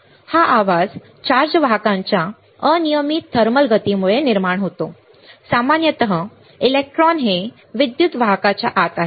तर हा आवाज चार्ज वाहकांच्या अनियमित थर्मल गतीमुळे निर्माण होतो सामान्यतः इलेक्ट्रॉन हे विद्युत वाहकाच्या आत आहे